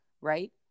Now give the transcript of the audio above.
right